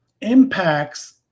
impacts